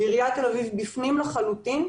ועיריית תל אביב בפנים לחלוטין,